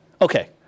Okay